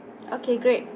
okay great